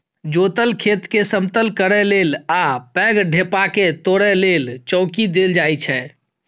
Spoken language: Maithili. जोतल खेतकेँ समतल करय लेल आ पैघ ढेपाकेँ तोरय लेल चौंकी देल जाइ छै